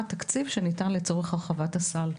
לגבי התקציב שניתן לצורך הרחבת הסל.